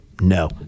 No